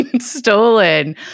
stolen